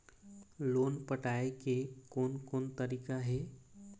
Loan पटाए के कोन कोन तरीका हे?